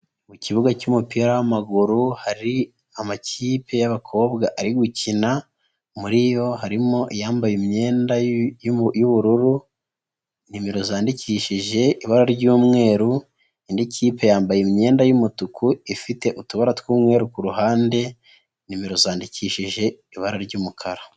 Mu kibuga cy'umupira w'amaguru hari amakipe y'abakobwa ari gukina, muri yo harimo iyambaye imyenda y'ubururu, nimero zandikishije ibara ry'umweru, indi kipe yambaye imyenda y'umutuku, ifite utubara tw'umweru kuruhande, nimero zandikishije ibara ry'umukara.